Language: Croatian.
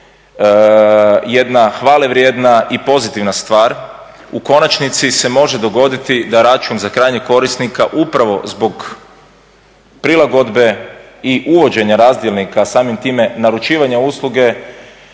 jedna hvale vrijedna i pozitivna stvar u konačnici se može dogoditi da račun za krajnjeg korisnika upravo zbog prilagodbe i uvođenja razdjelnika, a samim time naručivanja usluge